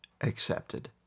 accepted